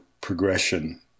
progression